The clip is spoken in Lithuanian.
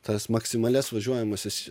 tas maksimalias važiuojamąsias